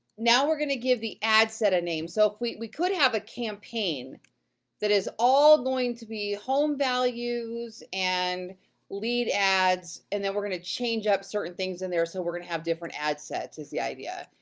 now we're gonna give the ad set a name. so, we we could have a campaign that is all going to be home values and lead ads, and then we're gonna change up certain things in there so we're gonna have different ad sets is the idea.